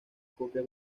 copia